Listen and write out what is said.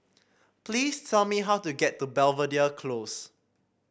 please tell me how to get to Belvedere Close